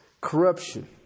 corruption